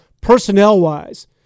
personnel-wise